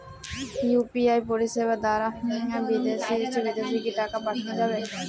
UPI পরিষেবা দারা বিদেশে কি টাকা পাঠানো যাবে?